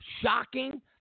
shocking